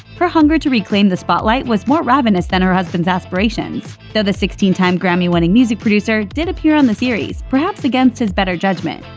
her hunger to reclaim the spotlight was more ravenous than her husband's aspirations, though the sixteen time grammy-winning music producer did appear on the series, perhaps against his better judgment.